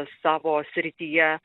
savo srityje